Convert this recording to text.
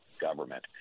government